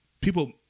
People